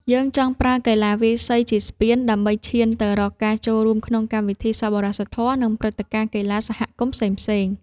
យើងចង់ប្រើកីឡាវាយសីជាស្ពាន ដើម្បីឈានទៅរកការចូលរួមក្នុងកម្មវិធីសប្បុរសធម៌ ឬព្រឹត្តិការណ៍កីឡាសហគមន៍ផ្សេងៗ។